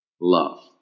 Love